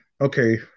okay